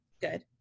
Good